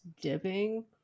dipping